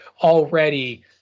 already